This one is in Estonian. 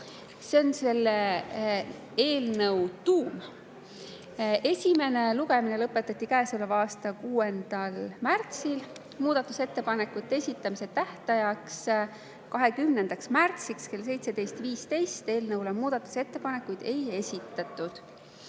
See on selle eelnõu tuum. Esimene lugemine lõpetati käesoleva aasta 6. märtsil. Muudatusettepanekute esitamise tähtajaks, 20. märtsil kella 17.15‑ks eelnõu kohta muudatusettepanekuid ei esitatud. Eelnõu